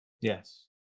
Yes